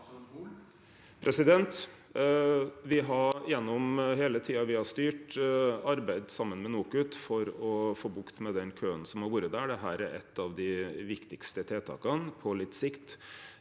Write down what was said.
le tida me har styrt, har me arbeidd saman med NOKUT for å få bukt med den køen som har vore der. Dette er eitt av dei viktigaste tiltaka på litt sikt.